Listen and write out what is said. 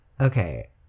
Okay